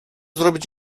zrobić